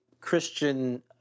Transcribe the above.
Christian